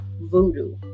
voodoo